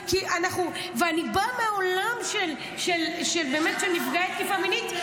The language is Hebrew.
ואני באה מהעולם של נפגעי תקיפה מינית,